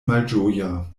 malĝoja